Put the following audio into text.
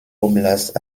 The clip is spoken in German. oblast